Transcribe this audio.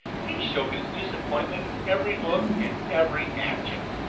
he showed his disappointment in every look and every action.